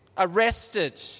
arrested